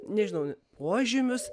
nežinau požymius